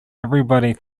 everybody